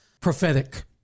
prophetic